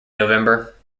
november